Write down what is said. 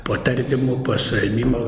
po tardymų po suėmimo